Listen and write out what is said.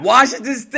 Washington